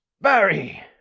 Barry